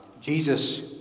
Jesus